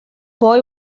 boy